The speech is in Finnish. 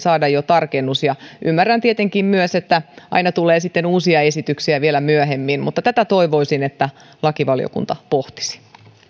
jo saada tarkennus ymmärrän tietenkin myös että uusia esityksiä tulee vielä myöhemmin mutta toivoisin että lakivaliokunta tätä pohtisi